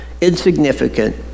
insignificant